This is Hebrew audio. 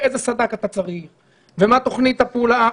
איזה סד"כ אתה צריך ומה תוכנית הפעולה,